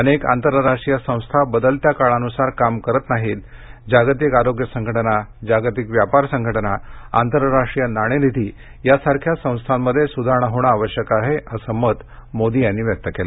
अनेक आंतरराष्ट्रीय संस्था बदलत्या काळानुसार काम करत नाहीत जागतिक आरोग्य संघटना जागतिक व्यापार संघटना आंतरराष्ट्रीय नाणेनिधी यासारख्या संस्थामध्ये सुधारणा होणे आवश्यक आहे असं मत मोदी यांनी व्यक्त केलं